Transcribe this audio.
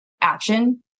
action